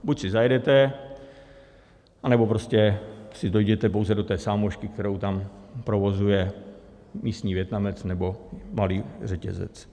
Buď si zajedete, anebo prostě si dojděte pouze do té sámošky, kterou tam provozuje místní Vietnamec nebo malý řetězec.